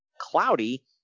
Cloudy